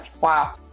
wow